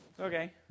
okay